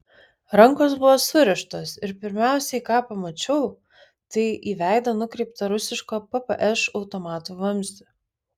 rankos buvo surištos ir pirmiausiai ką pamačiau tai į veidą nukreiptą rusiško ppš automato vamzdį